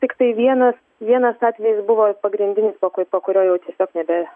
tiktai vienas vienas atvejis buvo pagrindinis po ku po kurio tiesiog nebe